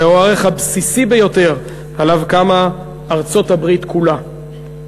זהו הערך הבסיסי ביותר שעליו קמה ארצות-הברית כולה.